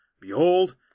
Behold